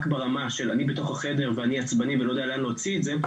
ברמה של "אני בתוך החדר ואני עצבני ולא יודע לאן להוציא את זה",